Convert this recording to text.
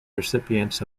recipients